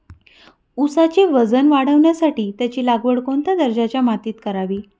ऊसाचे वजन वाढवण्यासाठी त्याची लागवड कोणत्या दर्जाच्या मातीत करावी?